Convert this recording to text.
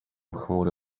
chmury